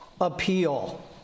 appeal